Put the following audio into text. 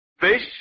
Fish